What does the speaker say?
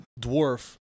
dwarf